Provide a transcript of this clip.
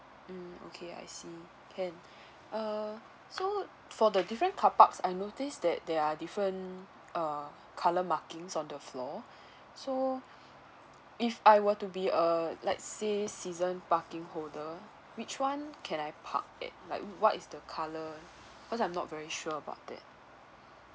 mm okay I see can err so for the different carparks I noticed that there are different uh colour markings on the floor so if I were to be a let's say season parking holder which one can I park at like what is the colour cause I'm not very sure about that